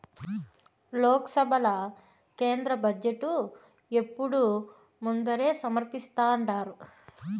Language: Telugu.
లోక్సభల కేంద్ర బడ్జెటు ఎప్పుడూ ముందరే సమర్పిస్థాండారు